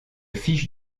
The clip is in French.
fiches